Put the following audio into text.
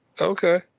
okay